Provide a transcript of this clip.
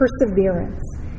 perseverance